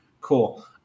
cool